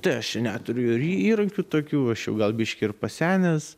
tai aš čia neturiu įrankių tokių aš jau gal biškį ir pasenęs